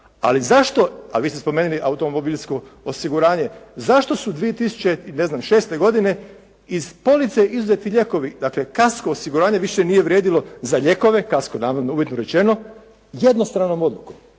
Ali zašto, a vi ste spomenuli automobilsko osiguranje zašto su dvije tisuće i, ne znam, šeste godine iz police izuzeti lijekovi. Dakle kasko osiguranje više nije vrijedilo za lijekove, kasko naravno uvjetno rečeno, jednostranom odlukom.